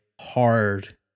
hard